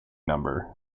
number